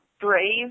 brave